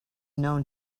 known